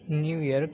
New York